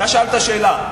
אתה שאלת שאלה.